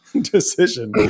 decision